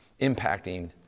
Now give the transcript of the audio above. impacting